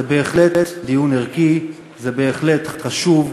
זה בהחלט דיון ערכי, זה בהחלט חשוב,